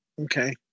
Okay